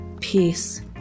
peace